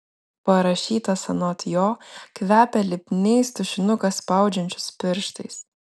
parašytas anot jo kvepia lipniais tušinuką spaudžiančius pirštais